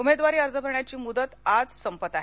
उमेदवारी अर्ज भरण्याची मुदत आज संपत आहे